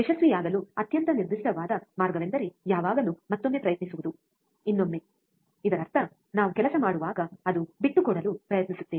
ಯಶಸ್ವಿಯಾಗಲು ಅತ್ಯಂತ ನಿರ್ದಿಷ್ಟವಾದ ಮಾರ್ಗವೆಂದರೆ ಯಾವಾಗಲೂ ಮತ್ತೊಮ್ಮೆ ಪ್ರಯತ್ನಿಸುವುದು ಇನ್ನೊಮ್ಮೆ ಇದರರ್ಥ ನಾವು ಕೆಲಸ ಮಾಡುವಾಗ ಅದು ಬಿಟ್ಟುಕೊಡಲು ಪ್ರಯತ್ನಿಸುತ್ತೇವೆ